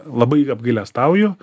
labai apgailestauju